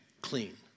clean